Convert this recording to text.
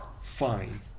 Fine